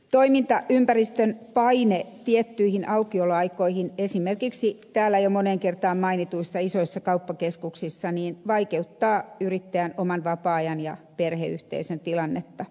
toimintaympäristön paine tiettyihin aukioloaikoihin esimerkiksi täällä jo moneen kertaan mainituissa isoissa kauppakeskuksissa vaikeuttaa yrittäjän oman vapaa ajan ja perheyhteisön tilannetta